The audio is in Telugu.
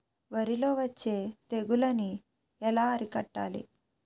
వరిలో వచ్చే తెగులని ఏలా అరికట్టాలి?